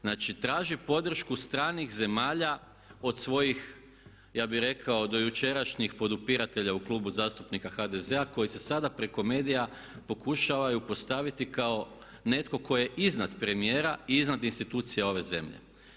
Znači, traži podršku stranih zemalja od svojih ja bih rekao dojučerašnjih podupiratelja u Klubu zastupnika HDZ-a koji se sada preko medija pokušavaju postaviti kao netko tko je iznad premijera i iznad institucija ove zemlje.